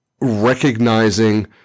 recognizing